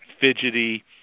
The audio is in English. fidgety